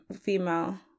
female